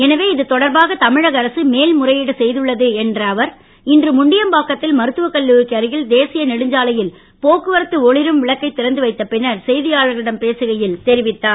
எனவே இதுதொடர்பாக தமிழக அரசு மேல்முறையீடு செய்துள்ளது என்று அவர் இன்று முண்டியம்பாக்க த்தில் மருத்துவக் கல்லூரிக்கு அருகில் தேசிய நெடுஞ்சாலையில் போக்குவரத்து ஒளிரும் விளக்கை திறந்துவைத்த பின்னர் செய்தியாளர்களிடம் பேசுகையில் தெரிவித்தார்